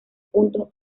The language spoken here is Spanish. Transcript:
puntos